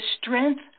strength